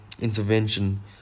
intervention